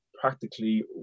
practically